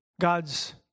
God's